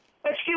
Excuse